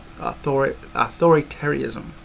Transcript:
Authoritarianism